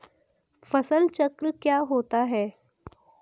फसल चक्र क्या होता है?